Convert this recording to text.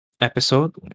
episode